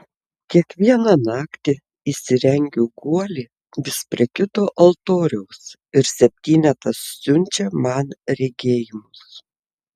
kiekvieną naktį įsirengiu guolį vis prie kito altoriaus ir septynetas siunčia man regėjimus